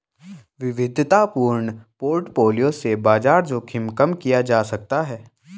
विविधतापूर्ण पोर्टफोलियो से बाजार जोखिम कम किया जा सकता है